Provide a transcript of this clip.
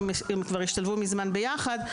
הם כבר מזמן השתלבו יחד.